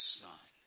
son